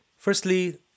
Firstly